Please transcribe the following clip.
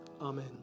Amen